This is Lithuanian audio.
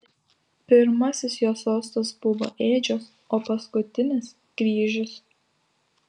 pirmasis jo sostas buvo ėdžios o paskutinis kryžius